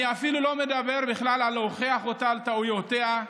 אני אפילו לא מדבר בכלל על להוכיח אותה על טעויותיה,